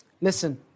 Listen